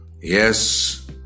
Yes